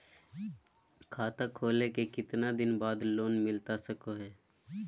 खाता खोले के कितना दिन बाद लोन मिलता सको है?